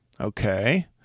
okay